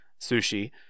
sushi